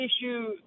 issue